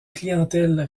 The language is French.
clientèle